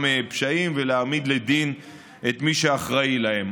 פשעים ולהעמיד לדין את מי שאחראי להם.